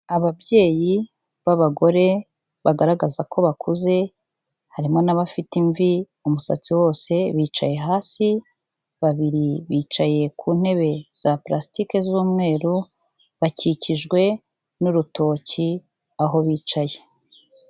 Ababyeyi b'abagore bagaragaza ko bakuze harimo n'abafite imvi umusatsi wose bicaye hasi, babiri bicaye ku ntebe za purasitike z'umweru bakikijwe n'urutoki aho bicaye.